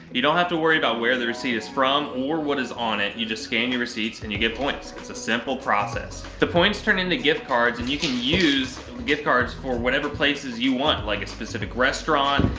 you don't have to worry about where the receipt is from or what is on it. you just scan your receipts and you get points. it's a simple process. the points turn into gift cards and you can use gift cards for whatever place you want. like a specific restaurant,